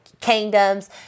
Kingdoms